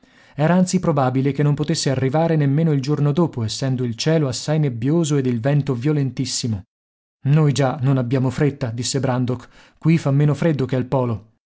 era anzi probabile che non potesse arrivare nemmeno il giorno dopo essendo il cielo assai nebbioso ed il vento violentissimo noi già non abbiamo fretta disse brandok qui fa meno freddo che al polo